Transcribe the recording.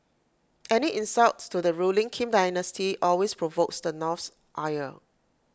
any insult to the ruling Kim dynasty always provokes the North's ire